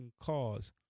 cause